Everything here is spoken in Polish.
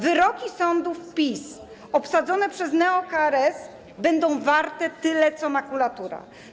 Wyroki sądów PiS, obsadzonych przez neo-KRS, będą warte tyle co makulatura.